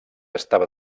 estava